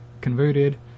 converted